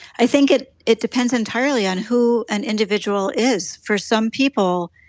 i think it it depends entirely on who an individual is. for some people,